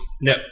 No